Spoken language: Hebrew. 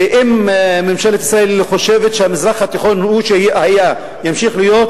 ואם ממשלת ישראל חושבת שהמזרח התיכון שהיה הוא שימשיך להיות,